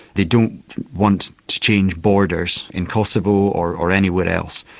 they don't want to change borders in kosovo or or anywhere else.